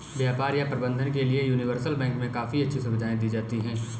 व्यापार या प्रबन्धन के लिये यूनिवर्सल बैंक मे काफी अच्छी सुविधायें दी जाती हैं